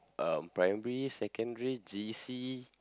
uh primary secondary J_C